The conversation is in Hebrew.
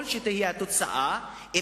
לא משנה מה התוצאה,